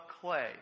clay